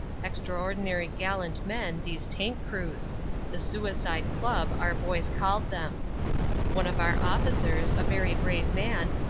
extraordinary gallant men, these tank crews the suicide club our boys called them one of our officers, a very brave man,